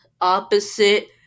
opposite